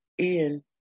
Ian